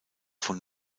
von